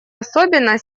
особенно